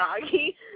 doggy